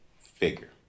figure